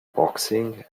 boxing